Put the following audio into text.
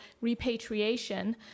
repatriation